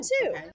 two